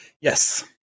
Yes